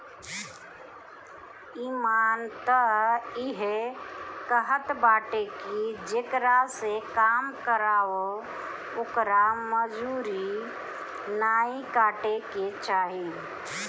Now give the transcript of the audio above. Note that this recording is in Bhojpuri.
इमान तअ इहे कहत बाटे की जेकरा से काम करावअ ओकर मजूरी नाइ काटे के चाही